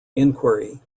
inquiry